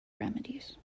remedies